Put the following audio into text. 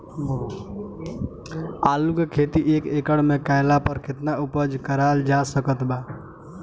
आलू के खेती एक एकड़ मे कैला पर केतना उपज कराल जा सकत बा?